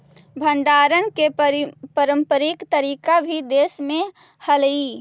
भण्डारण के पारम्परिक तरीका भी देश में हलइ